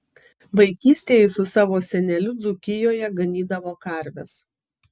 vaikystėje jis su savo seneliu dzūkijoje ganydavo karves